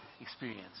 experience